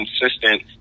consistent